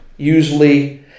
Usually